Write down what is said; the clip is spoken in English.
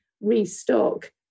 restock